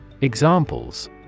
Examples